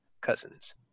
cousins